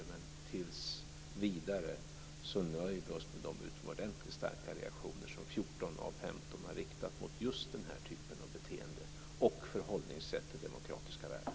Men tills vidare nöjer vi oss med de utomordentligt starka reaktioner som 14 av 15 länder har riktat mot just den här typen av beteende och förhållningssätt till demokratiska värden.